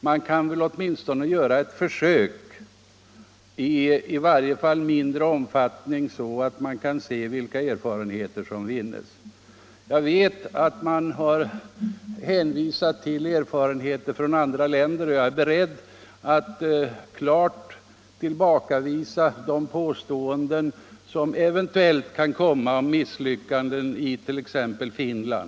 Man kan väl åtminstone göra ett försök i mindre omfattning, så att vi kan se vilka erfarenheter som kan dras. Det har hänvisats till erfarenheter från andra länder, men jag är beredd att tillbakavisa eventuella påståenden om misslyckanden i t.ex. Finland.